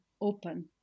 open